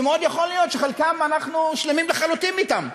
שמאוד יכול להיות שחלקם אנחנו שלמים לחלוטין אתם.